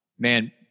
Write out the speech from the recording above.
Man